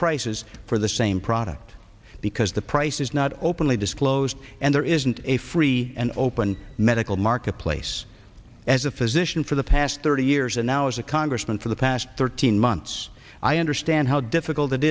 prices for the same product because the price it is not openly disclosed and there isn't a free and open medical marketplace as a physician for the past thirty years and now as a congressman for the past thirteen months i understand how difficult it